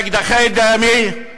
באקדחי דמה,